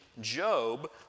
Job